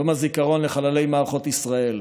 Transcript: יום הזיכרון לחללי מערכות ישראל